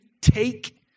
take